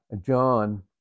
John